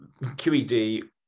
QED